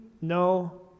no